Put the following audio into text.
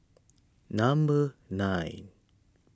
number nine